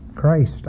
Christ